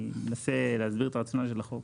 אני מנסה להסביר את הרציונל של החוק.